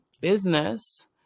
business